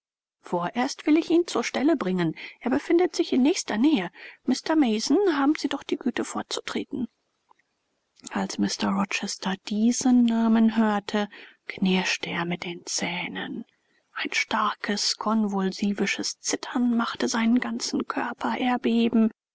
vorerst will ich ihn zur stelle bringen er befindet sich in nächster nähe mr mason haben sie doch die güte vorzutreten als mr rochester diesen namen hörte knirschte er mit den zähnen ein starkes convulsivisches zittern machte seinen ganzen körper erbeben